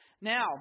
Now